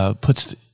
puts